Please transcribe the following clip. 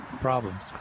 problems